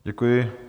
Děkuji.